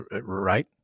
right